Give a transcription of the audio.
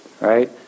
right